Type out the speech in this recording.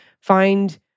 find